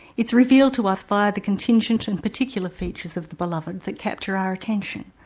it's revealed to us via the contingent and particular features of the beloved that capture our attention,